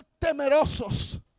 temerosos